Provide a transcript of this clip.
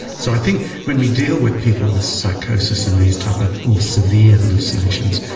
so i think when we deal with people with psychosis and these type of more severe hallucinations,